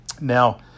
Now